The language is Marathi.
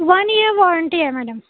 वन इयर वॉरंटी आहे मॅडम